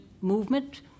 movement